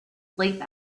sleep